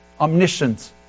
omniscient